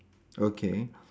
okay